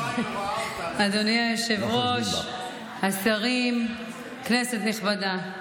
אדוני היושב-ראש, השרים, כנסת נכבדה,